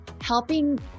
helping